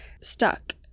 stuck